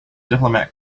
diplomat